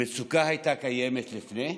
המצוקה הייתה קיימת לפני,